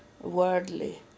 worldly